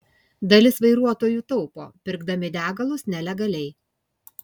dalis vairuotojų taupo pirkdami degalus nelegaliai